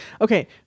Okay